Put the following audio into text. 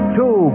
two